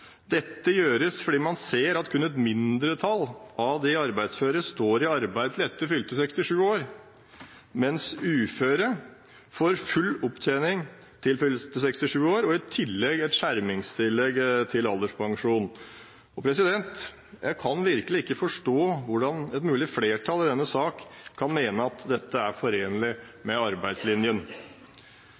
Dette gjøres fordi man ser at kun et mindretall av de arbeidsføre står i arbeid til etter fylte 67 år, mens uføre får full opptjening til fylte 67 år og i tillegg et skjermingstillegg til alderspensjonen. Jeg kan virkelig ikke forstå hvordan et mulig flertall i denne sak kan mene at dette er forenlig med arbeidslinjen.